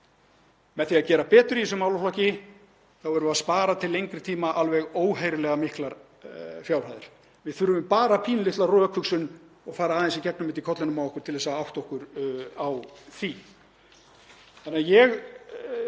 með því að gera betur í þessum málaflokki, að spara til lengri tíma alveg óheyrilega miklar fjárhæðir. Við þurfum bara pínulitla rökhugsun og fara aðeins í gegnum þetta í kollinum á okkur til þess að átta okkur á því. Ég vona